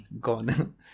gone